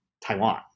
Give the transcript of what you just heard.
Taiwan